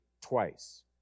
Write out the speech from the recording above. twice